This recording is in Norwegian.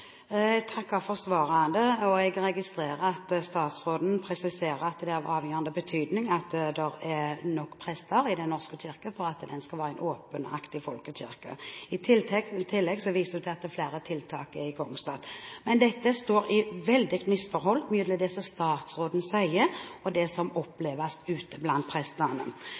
svaret, og jeg registrerer at statsråden presiserer at det er av avgjørende betydning at det er nok prester i Den norske kirke for at den skal være en åpen og aktiv folkekirke. I tillegg viser hun til at flere tiltak er igangsatt. Men dette står i misforhold til det som statsråden sier, og det som oppleves ute blant